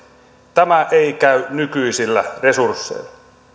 tämä ei käy nykyisillä resursseilla